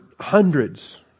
hundreds